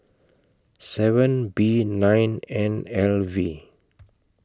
seven B nine N L V